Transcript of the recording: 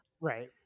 Right